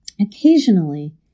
Occasionally